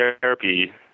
therapy